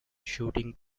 shooting